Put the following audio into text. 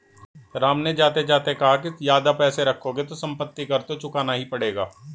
राम ने जाते जाते कहा कि ज्यादा पैसे रखोगे तो सम्पत्ति कर तो चुकाना ही पड़ेगा